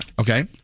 okay